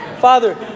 Father